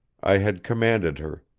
i had commanded her,